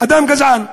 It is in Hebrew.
אדם גזען,